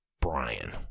Brian